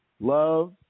love